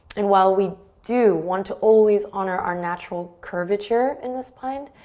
and while we do want to always honor our natural curvature in the spine,